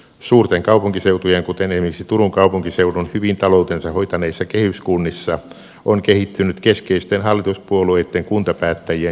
suurten kaupunkiseutujen kuten esimerkiksi turun kaupunkiseudun hyvin taloutensa hoitaneissa kehyskunnissa on kehittynyt keskeisten hallituspuolueitten kuntapäättäjien julkikapina